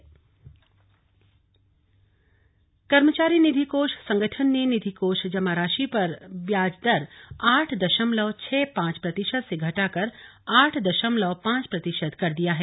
EPFO कर्मचारी निधि कोष संगठन ने निधि कोष जमा राशि पर ब्याज दर आठ दशमलव छह पांच प्रतिशत से घटाकर आठ दशमलव पांच प्रतिशत कर दिया है